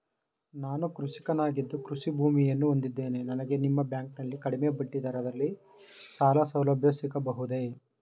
ನಾನು ಕೃಷಿಕನಾಗಿದ್ದು ಕೃಷಿ ಭೂಮಿಯನ್ನು ಹೊಂದಿದ್ದೇನೆ ನನಗೆ ನಿಮ್ಮ ಬ್ಯಾಂಕಿನಲ್ಲಿ ಕಡಿಮೆ ಬಡ್ಡಿ ದರದಲ್ಲಿ ಸಾಲಸೌಲಭ್ಯ ಸಿಗಬಹುದೇ?